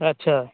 अच्छा